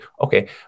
Okay